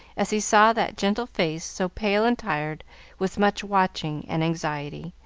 as he saw that gentle face so pale and tired with much watching and anxiety,